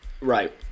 Right